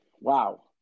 wow